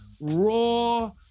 raw